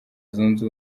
zunze